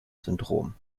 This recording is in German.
syndrom